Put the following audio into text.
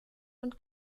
und